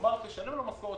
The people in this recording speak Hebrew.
אפשר להביא גם למחלקות